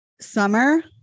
summer